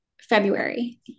February